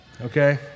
okay